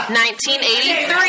1983